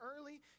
early